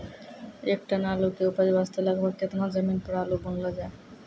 एक टन आलू के उपज वास्ते लगभग केतना जमीन पर आलू बुनलो जाय?